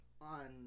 on